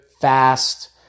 fast